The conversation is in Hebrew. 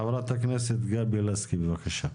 חברת הכנסת גבי לסקי, בבקשה.